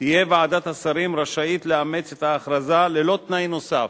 תהיה ועדת השרים רשאית לאמץ את ההכרזה ללא תנאי נוסף,